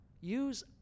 Use